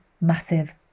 massive